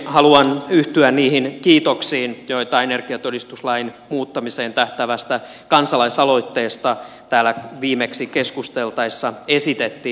haluan yhtyä niihin kiitoksiin joita energiatodistuslain muuttamiseen tähtäävästä kansalaisaloitteesta täällä viimeksi keskusteltaessa esitettiin